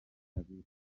abira